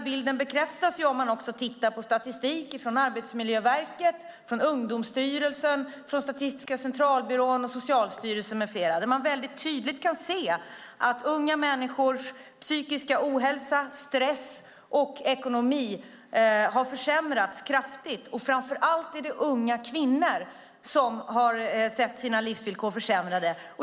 Bilden bekräftas också om man tittar på statistik från Arbetsmiljöverket, Ungdomsstyrelsen, Statistiska centralbyrån, Socialstyrelsen med flera. Man kan väldigt tydligt se att unga människors psykiska ohälsa, stress och ekonomi har försämrats kraftigt. Framför allt är det unga kvinnor som har fått sina livsvillkor försämrade.